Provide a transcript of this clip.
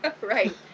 right